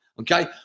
okay